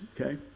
okay